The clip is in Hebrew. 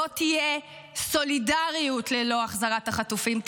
לא תהיה סולידריות ללא החזרת החטופים,